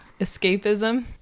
Escapism